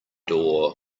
door